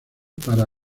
para